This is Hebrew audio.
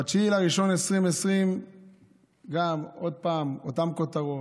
ב-9 בינואר 2020 עוד פעם אותן כותרות,